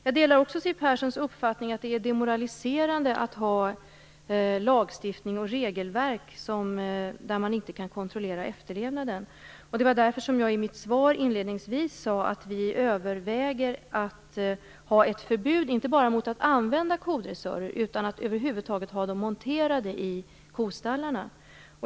Jag delar också Siw Perssons uppfattning att det är demoraliserande att ha lagstiftning och regelverk där man inte kan kontrollera efterlevnaden. Det var därför som jag i mitt svar inledningsvis sade att vi överväger ett förbud inte bara mot att använda kodressörer utan att över huvud taget ha dem monterade i kostallarna.